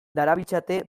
darabiltzate